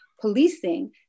policing